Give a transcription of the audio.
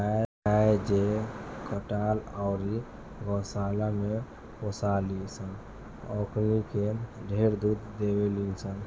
गाय जे खटाल अउरी गौशाला में पोसाली सन ओकनी के ढेरे दूध देवेली सन